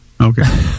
okay